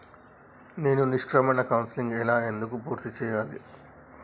నేను నిష్క్రమణ కౌన్సెలింగ్ ఎలా ఎందుకు పూర్తి చేయాలి?